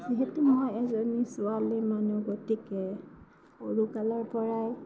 যিহেতু মই এজনী ছোৱালী মানুহ গতিকে সৰুকালৰ পৰাই